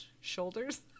shoulders